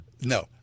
no